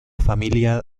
familia